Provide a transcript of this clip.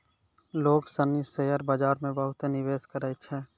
लोग सनी शेयर बाजार मे बहुते निवेश करै छै